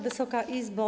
Wysoka Izbo!